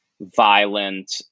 violent